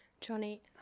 Johnny